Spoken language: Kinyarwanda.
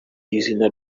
y’izina